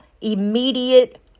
immediate